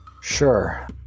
Sure